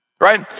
right